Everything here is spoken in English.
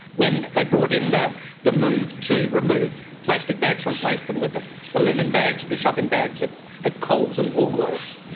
when they brought in the the move to remove plastic bags and replace them with ah the linen bags, and the shopping bags at at coles and woolworths,